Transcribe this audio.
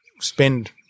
spend